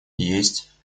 есть